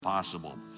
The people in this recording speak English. Possible